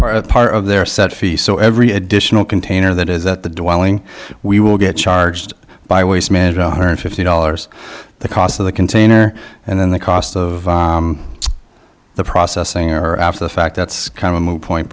part of part of their set fee so every additional container that is that the developing we will get charged by always made one hundred fifty dollars the cost of the container and then the cost of the processing or after the fact that's kind of a moot point